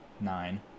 nine